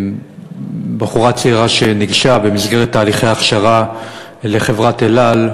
בחורה צעירה שניגשה במסגרת תהליכי הכשרה לחברת "אל על",